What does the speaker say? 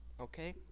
okay